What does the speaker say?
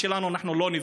זה יותר גרוע מזה.